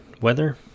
weather